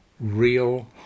real